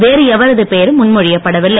வேறு எவரது பெயரும் முன்மொழியப்படவில்லை